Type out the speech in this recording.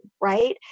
right